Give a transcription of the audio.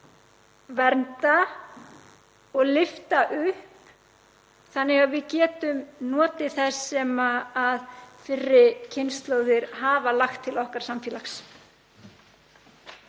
vernda og lyfta upp þannig að við getum notið þess sem fyrri kynslóðir hafa lagt til okkar samfélags.